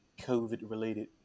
COVID-related